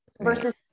versus